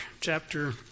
chapter